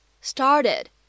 started